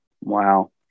wow